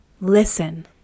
Listen